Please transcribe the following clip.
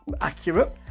accurate